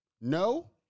No